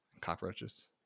Cockroaches